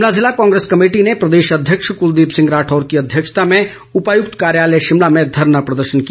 शिमला जिला कांग्रेस कमेटी ने प्रदेश अध्यक्ष कुलदीप सिंह राठौर की अध्यक्षता में उपायुक्त कार्यालय शिमला में धरना प्रदर्शन किया